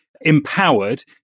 empowered